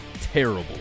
terrible